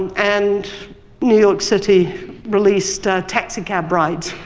and new york city released taxi cab rides,